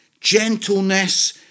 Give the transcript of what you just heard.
gentleness